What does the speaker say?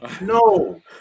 No